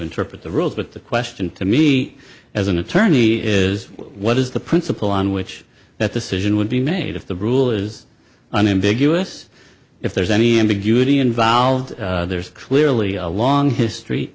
interpret the rules but the question to me as an attorney is what is the principle on which that decision would be made if the rule is unambiguous if there's any ambiguity involved there's clearly a long history